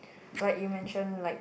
like you mentioned like